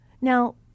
Now